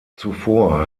zuvor